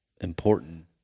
important